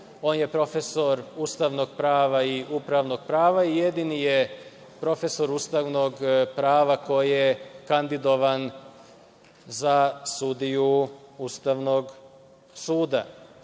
Profesor je ustavnog prava i upravnog prava i jedini je profesor ustavnog prava koji je kandidovan za sudiju Ustavnog